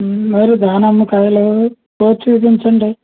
మరి దానిమ్మకాయలు కోసి చూపించండి